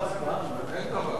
אין דבר כזה.